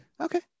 Okay